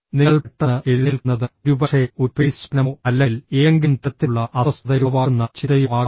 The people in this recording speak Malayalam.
നിങ്ങൾ പെട്ടെന്ന് എഴുന്നേൽക്കുന്നത് ഒരുപക്ഷേ ഒരു പേടിസ്വപ്നമോ അല്ലെങ്കിൽ ഏതെങ്കിലും തരത്തിലുള്ള അസ്വസ്ഥതയുളവാക്കുന്ന ചിന്തയോ ആകാം